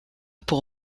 pour